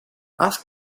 ask